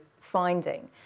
finding